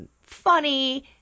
funny